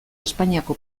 espainiako